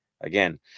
Again